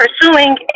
pursuing